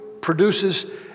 produces